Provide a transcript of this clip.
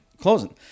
closing